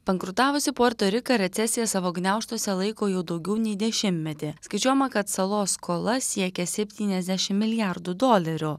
bankrutavusį puerto riką recesija savo gniaužtuose laiko jau daugiau nei dešimtmetį skaičiuojama kad salos skola siekia septyniasdešim milijardų dolerių